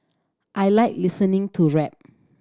I like listening to rap